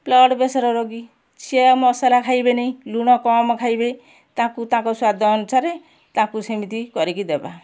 blood pressure ରୋଗୀ ସିଏ ଆଉ ମସଲା ଖାଇବେନି ଲୁଣ କମ୍ ଖାଇବେ ତାଙ୍କୁ ତାଙ୍କ ସ୍ୱାଦ ଅନୁସାରେ ତାଙ୍କୁ ସେମିତି କରିକି ଦେବା